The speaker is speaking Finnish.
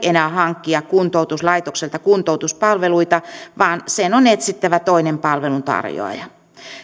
enää hankkia kuntoutuslaitokselta kuntoutuspalveluita vaan sen on etsittävä toinen palveluntarjoaja